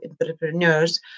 entrepreneurs